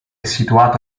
situato